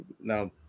now